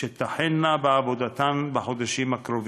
שתחלנה בעבודתן בחודשים הקרובים.